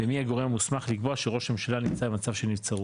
ומי הגורם המוסמך לקבוע שראש הממשלה נמצא במצב של נבצרות?